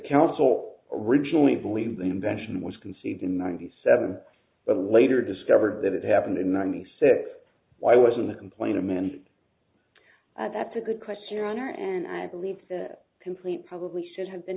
council originally believed the invention was conceived in ninety seven but later discovered that it happened in ninety six why wasn't it employing a min that's a good question around and i believe the complete probably should have been